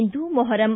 ಇಂದು Muharram